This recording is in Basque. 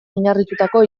oinarritututako